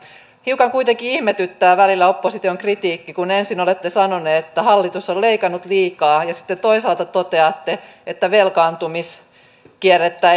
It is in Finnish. hiukan kuitenkin ihmetyttää välillä opposition kritiikki kun ensin olette sanoneet että hallitus on leikannut liikaa ja sitten toisaalta toteatte että velkaantumiskierrettä